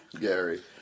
Gary